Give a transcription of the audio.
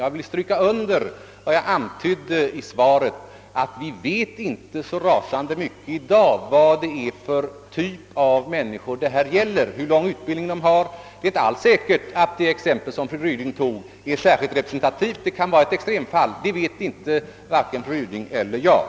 Jag vill understryka vad jag antydde i svaret, nämligen att vi i dag inte vet så rasande mycket om vad det är för typer av människor det här gäller och hur lång utbildning de har. Det är inte alls säkert att det exempel som fru Ryding anförde är särskilt representativt; det kan vara ett extremfall. Det vet varken fru Ryding eller jag.